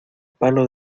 palo